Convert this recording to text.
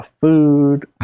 food